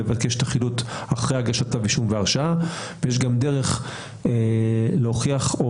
לבקש את החילוט אחרי הגשת כתב אישום והרשעה ויש גם דרך להוכיח או